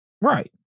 Right